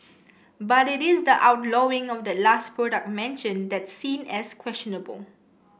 but it is the outlawing of that last product mentioned that's seen as questionable